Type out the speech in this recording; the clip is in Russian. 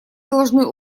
должны